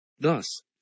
Thus